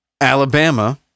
Alabama